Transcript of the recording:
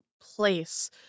place